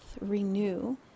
renew